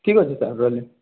ଠିକ୍ ଅଛେ ସାର୍ ରହେଲି